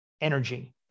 energy